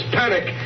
panic